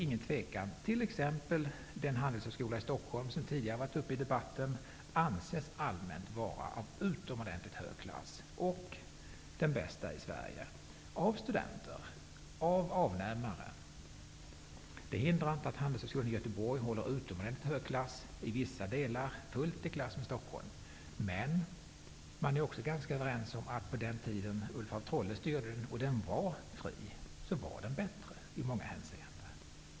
Exempelvis anses Handelshögskolan i Stockholm, som tidigare har varit uppe i debatten, av studenter och av avnämare allmänt vara av utomordentligt hög klass och den bästa i Sverige. Det hindrar inte att Handelshögskolan i Göteborg håller utomordentligt hög klass i vissa delar, fullt i klass med Handelshögskolan i Stockholm. Men man är också ganska överens om att den var bättre i många hänseenden på den tiden då Ulf af Trolle styrde den och den var fri.